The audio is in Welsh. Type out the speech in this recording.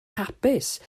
hapus